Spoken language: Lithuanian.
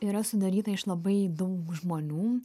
yra sudaryta iš labai daug žmonių